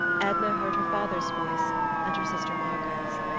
edna heard her father's voice and her sister margaret's.